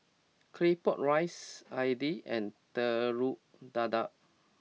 Claypot Rice Idly and Telur Dadah